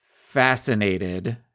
fascinated